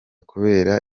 kubera